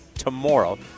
Tomorrow